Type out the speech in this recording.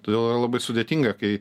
todėl yra labai sudėtinga kai